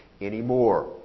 anymore